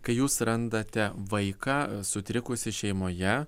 kai jūs randate vaiką sutrikusį šeimoje